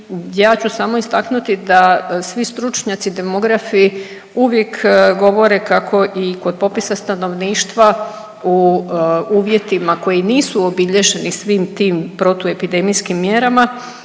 ja ću samo istaknuti da svi stručnjaci demografi uvijek govore kako i kod popisa stanovništva u uvjetima koji nisu obilježeni svim tim protuepidemijskim mjerama